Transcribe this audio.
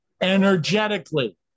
energetically